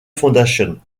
fondation